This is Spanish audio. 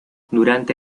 durante